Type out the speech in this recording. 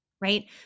right